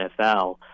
NFL